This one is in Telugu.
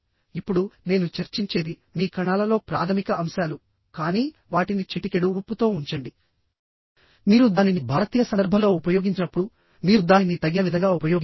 ఇప్పుడునేను చర్చించేది మీ కణాలలో ప్రాథమిక అంశాలుకానీ వాటిని చిటికెడు ఉప్పుతో ఉంచండిమీరు దానిని భారతీయ సందర్భంలో ఉపయోగించినప్పుడు మీరు దానిని తగిన విధంగా ఉపయోగించాలి